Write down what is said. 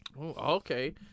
Okay